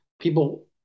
People